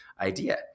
idea